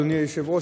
אדוני היושב-ראש,